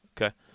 Okay